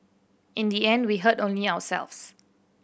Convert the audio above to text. in the end we hurt only ourselves